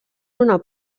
una